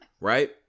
right